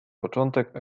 początek